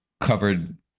covered